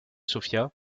sophia